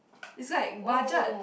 it's like budget